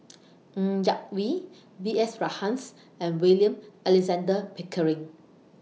Ng Yak Whee B S Rajhans and William Alexander Pickering